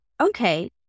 Okay